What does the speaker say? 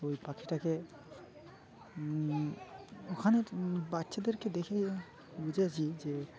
ওই পাখিটাকে ওখানে বাচ্চাদেরকে দেখে বুঝেছি যে